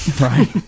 Right